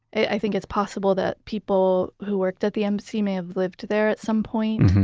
i think it's possible that people who worked at the embassy may have lived there at some point.